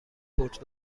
برد